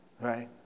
right